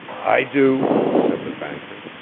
i do, said the banker.